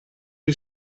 gli